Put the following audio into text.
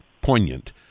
poignant